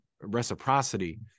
reciprocity